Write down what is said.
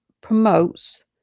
promotes